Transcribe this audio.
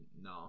no